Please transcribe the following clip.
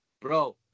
Bro